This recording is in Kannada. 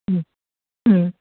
ಹ್ಞೂ ಹ್ಞೂ